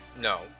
No